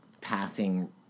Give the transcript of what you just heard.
passing